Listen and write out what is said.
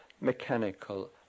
mechanical